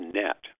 net